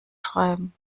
schreiben